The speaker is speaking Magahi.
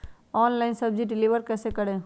ऑनलाइन सब्जी डिलीवर कैसे करें?